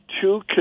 two